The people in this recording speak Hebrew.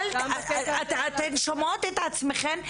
אתן שומעות את עצמכן?